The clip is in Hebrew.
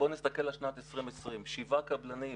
נסתכל על שנת 2020, שבעה קבלנים,